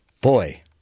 Boy